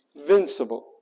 invincible